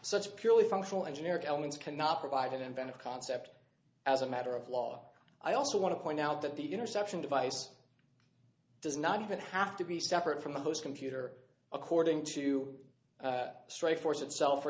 such purely functional engineering elements cannot provide an inventive concept as a matter of law i also want to point out that the interception device does not even have to be separate from the host computer according to strikeforce itself for